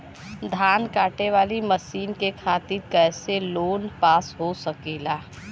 धान कांटेवाली मशीन के खातीर कैसे लोन पास हो सकेला?